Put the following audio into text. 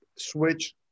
switch